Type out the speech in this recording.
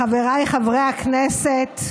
חבריי חברי הכנסת,